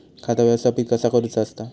खाता व्यवस्थापित कसा करुचा असता?